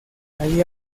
allí